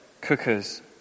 Cookers